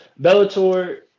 Bellator